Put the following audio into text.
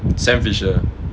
sam fisher